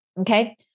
okay